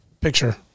picture